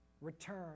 return